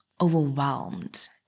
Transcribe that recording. overwhelmed